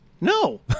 No